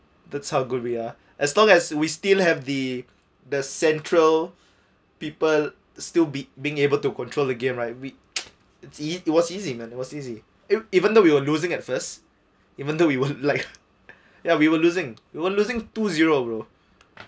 that's how good we are as long as we still have the the central people still be being able to control the game right we'd it it it was easy man it was easy even though we were losing at first even though we were like ya we were losing you were losing two zero bro